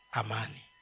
amani